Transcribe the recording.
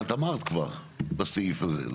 אבל את אמרת כבר בסעיף הזה.